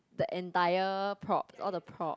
the entire prop all the prop